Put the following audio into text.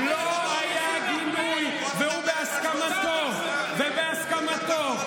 לא היה גינוי, והוא, בהסכמתו ובהסכמכם,